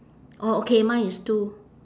orh okay mine is two